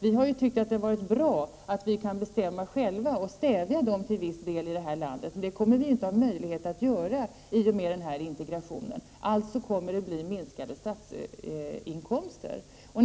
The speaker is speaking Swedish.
Vi tycker att det har varit bra att vi kunnat bestämma själva och stävja marknadskrafterna till viss del här i landet, men det kommer vi inte att ha möjlighet att göra i och med EG-integrationen. Alltså kommer det att bli minskade statsinkomster.